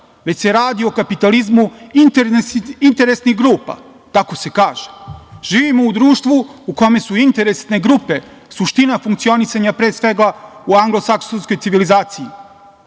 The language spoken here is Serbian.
već se radi o kapitalizmu interesnih grupa, tako se kaže, živimo u društvu u kome su interesne grupe suština funkcionisanja pre svega u anglosaksonskoj civilizaciji